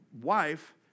wife